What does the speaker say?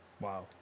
Wow